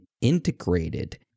integrated